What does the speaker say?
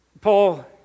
Paul